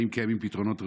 האם קיימים פתרונות ראויים?